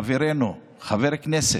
חברנו, חבר כנסת,